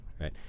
right